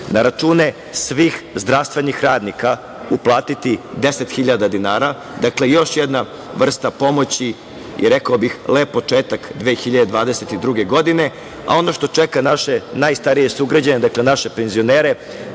na račune svih zdravstvenih radnika uplatiti 10.000 dinara. Dakle, još jedna vrsta pomoći i rekao bih, lep početak 2022. godine. A, ono što čeka naše najstarije sugrađane, dakle, naše penzionere,